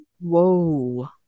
whoa